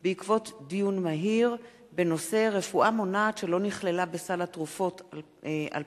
בעקבות דיון מהיר בנושא: רפואה מונעת שלא נכללה בסל התרופות 2012,